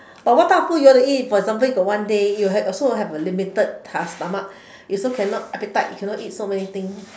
oh what type of food you want to eat for example you got one day you had also have a limited stomach you also cannot appetite you cannot eat so many thing